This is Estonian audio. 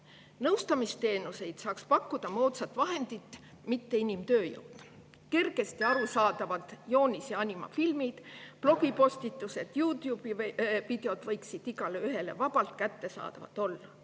Nõustamisteenuseid saaks pakkuda moodsad vahendid, mitte inimtööjõud. Kergesti arusaadavad joonis‑ ja animafilmid, blogipostitused ja YouTube'i videod võiksid igaühele vabalt kättesaadavad olla.